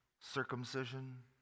Circumcision